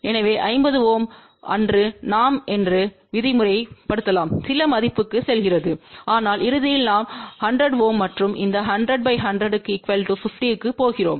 எனவே 50 Ω அன்று நாம் என்று விதிமுறைலலாம் சில மதிப்புக்குச் செல்கிறது ஆனால் இறுதியில் நாம் 100 Ω மற்றும் இந்த 100 100 50 க்குப் போகிறோம்